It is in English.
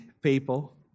people